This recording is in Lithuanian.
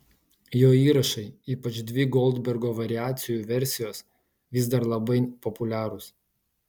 jo įrašai ypač dvi goldbergo variacijų versijos vis dar labai populiarūs